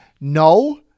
No